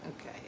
Okay